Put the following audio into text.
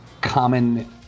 common